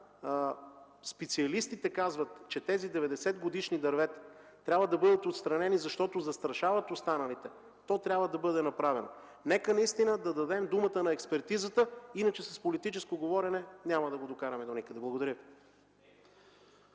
специалистите казват, че тези 90-годишни дървета трябва да бъдат отстранени, защото застрашават останалите, то трябва да бъде направено. Нека наистина да дадем думата на експертизата, иначе с политическо говорене няма да го докараме доникъде. Благодаря